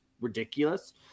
ridiculous